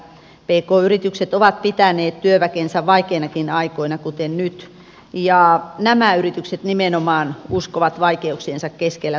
pk yritykset ovat pitäneet työväkensä vaikeinakin aikoina kuten nyt ja nämä yritykset nimenomaan uskovat vaikeuksiensa keskellä tulevaisuuteen